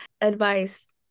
advice